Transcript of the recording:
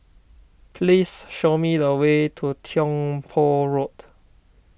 please show me the way to Tiong Poh Road